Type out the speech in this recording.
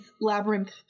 Labyrinth